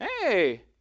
Hey